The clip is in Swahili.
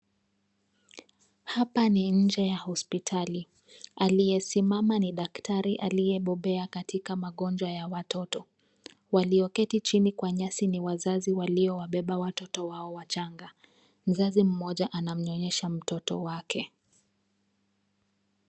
Hapa ni nje ya hospitali. Aliyesimama ni daktati aliyebobea katika magonjwa ya watoto. Walio keti chini kwa nyasi ni wazazi waliowabeba watoto wao wachanga. Mzazi mmoja anamnyonyesha mtoto wake.